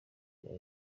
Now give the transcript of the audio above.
rya